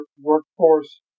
workforce